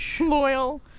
Loyal